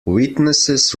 witnesses